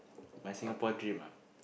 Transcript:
my Singapore dream ah